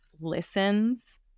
listens